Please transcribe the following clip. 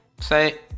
say